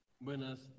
Buenas